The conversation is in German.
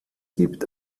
gibt